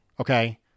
okay